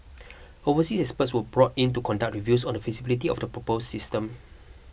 overseas experts were brought in to conduct reviews on the feasibility of the proposed system